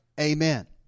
Amen